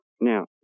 Now